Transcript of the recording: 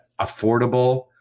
affordable